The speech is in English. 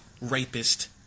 rapist